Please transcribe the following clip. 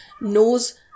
knows